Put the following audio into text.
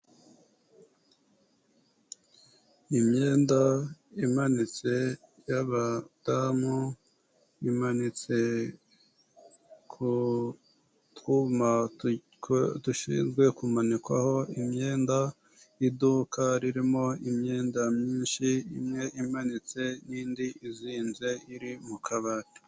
Imyenda imanitse y'abadamu, imanitse ku twuma dushinzwe kumanikwaho imyenda, iduka ririmo imyenda myinshi imwe imanitse n'indi izinze iri mu kabati.